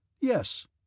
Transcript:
Yes